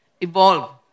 evolve